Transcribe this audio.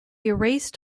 erased